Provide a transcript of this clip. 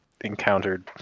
encountered